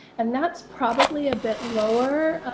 and that's probably a bit lower